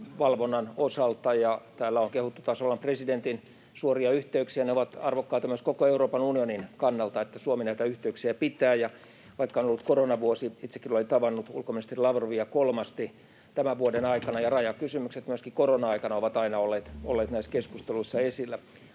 valvonnan osalta, ja täällä on kehuttu tasavallan presidentin suoria yhteyksiä. On arvokasta myös koko Euroopan unionin kannalta, että Suomi näitä yhteyksiä pitää. Vaikka on ollut koronavuosi, itsekin olen tavannut ulkoministeri Lavrovia kolmasti tämän vuoden aikana, ja rajakysymykset ovat myöskin korona-aikana aina olleet näissä keskusteluissa esillä.